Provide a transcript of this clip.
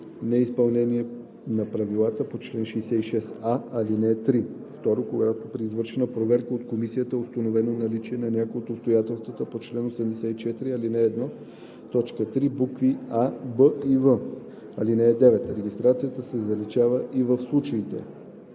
неизпълнения на правилата по чл. 66а, ал. 3; 2. когато при извършена проверка от комисията е установено наличие на някое от обстоятелствата по чл. 84, ал. 1, т. 3, букви „а“, „б“ и „в“. (9) Регистрацията се заличава и в случаите: